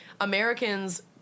Americans